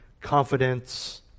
confidence